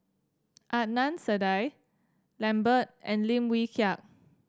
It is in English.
Adnan Saidi Lambert and Lim Wee Kiak